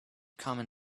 common